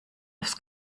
aufs